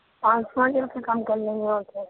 پانچ پانچ روپے کم کر لیں گے اور کیا